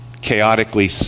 chaotically